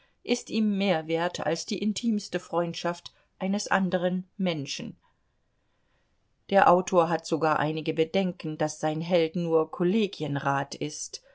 ist ihm mehr wert als die intimste freundschaft eines anderen menschen der autor hat sogar einige bedenken daß sein held nur kollegienrat ist